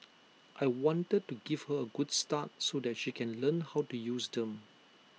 I wanted to give her A good start so that she can learn how to use them